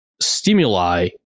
stimuli